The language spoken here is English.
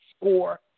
score